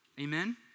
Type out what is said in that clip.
Amen